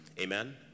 Amen